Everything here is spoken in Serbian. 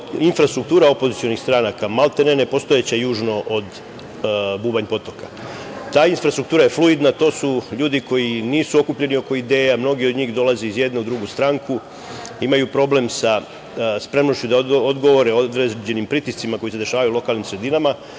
infrastruktura opozicionih stranaka, maltene nepostojeća južno od Bubanj Potoka. Ta infrastruktura je fluidna, to su ljudi koji nisu okupljeni oko ideja. Mnogi od njih dolazi iz jedne u drugu stranku, imaju problem sa spremnošću da odgovore određenim pritiscima koji se dešavaju u lokalnim sredinama.